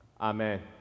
Amen